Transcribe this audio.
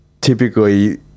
typically